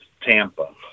Tampa